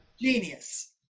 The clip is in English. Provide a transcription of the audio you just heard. Genius